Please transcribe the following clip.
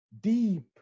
deep